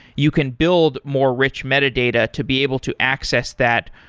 you can build more rich metadata to be able to access that.